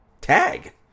tag